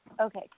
Okay